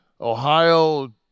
Ohio